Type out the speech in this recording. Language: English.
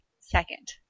Second